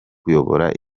kuyobora